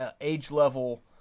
age-level